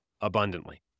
abundantly